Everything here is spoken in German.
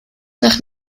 nach